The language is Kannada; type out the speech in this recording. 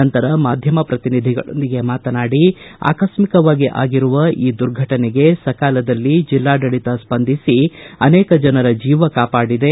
ನಂತರ ಮಾಧ್ವಮ ಪ್ರತಿನಿಧಿಗಳೊಂದಿಗೆ ಮಾತನಾಡಿ ಆಕಸ್ಟಿಕವಾಗಿ ಆಗಿರುವ ಈ ದುರ್ಘಟನೆಗೆ ಸಕಾಲದಲ್ಲಿ ಜಿಲ್ಲಾಡಳಿತ ಸ್ಪಂದಿಸಿ ಅನೇಕ ಜನರ ಜೀವ ಕಾಪಾಡಿದೆ